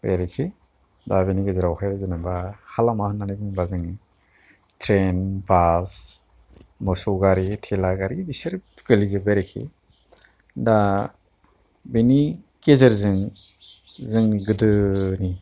बे आरोखि दा बेनि गेजेरावहाय जेनोबा हा लामा होन्नानै बुङोबा जों ट्रेन बास मोसौ गारि थेला गारि गोलैजोबबाय आरोखि दा बेनि गेजेरजों जोंनि गोदोनि